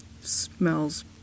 smells